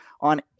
on